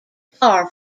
far